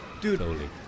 Dude